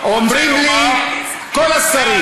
אומרים לי כל השרים,